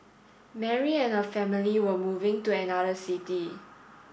Mary and her family were moving to another city